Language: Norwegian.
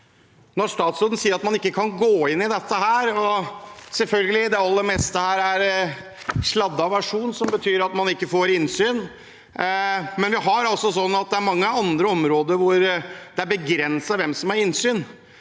at statsråden sier at man ikke kan gå inn i dette. Selvfølgelig er det aller meste her en sladdet versjon, som betyr at man ikke får innsyn, men det er jo mange andre områder hvor det er begrenset hvem som har innsyn.